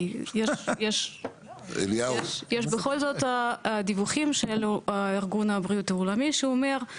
כי יש בכל זאת דיווחים של ארגון הבריאות העולמי שאומר,